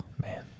man